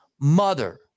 mother